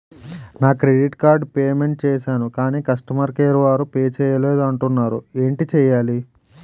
నా credit card payment చేసాను కాని కస్టమర్ కేర్ వారు పే చేయలేదు అంటున్నారు ఏంటి చేయాలి?